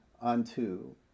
unto